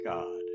God